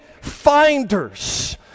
finders